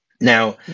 Now